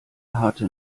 harte